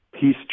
peace